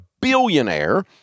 billionaire